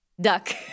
duck